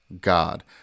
God